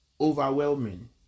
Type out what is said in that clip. overwhelming